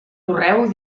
correu